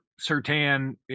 Sertan